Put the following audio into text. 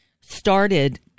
started